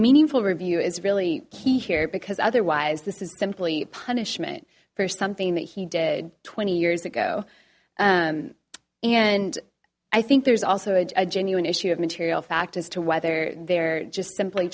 meaningful review is really key here because otherwise this is simply a punishment for something that he did twenty years ago and i think there's also a genuine issue of material fact as to whether they're just simply